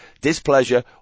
displeasure